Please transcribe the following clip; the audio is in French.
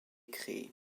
créés